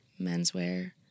menswear